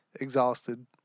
exhausted